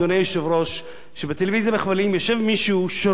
שבטלוויזיה בכבלים יושב מישהו שרואה כל תוכנית,